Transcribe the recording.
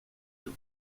dio